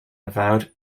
avowed